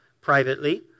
privately